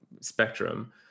spectrum